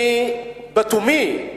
לתומי,